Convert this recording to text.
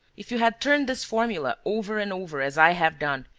if you had turned this formula over and over, as i have done,